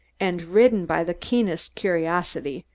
and ridden by the keenest curiosity,